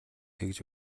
тэгж